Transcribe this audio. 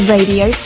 Radio